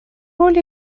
роль